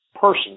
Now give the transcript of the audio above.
person